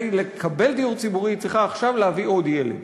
לקבל דיור ציבורי היא צריכה עכשיו להביא עוד ילד.